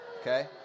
Okay